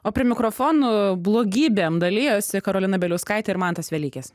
o prie mikrofonų blogybėm dalijosi karolina bieliauskaitė ir mantas velykis